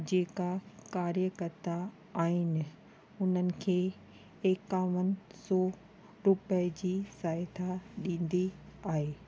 जेका कार्यकर्ता आहिनि हुननि खे एकावन सौ रुपय जी सहायता ॾींदी आहे